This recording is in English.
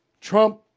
Trump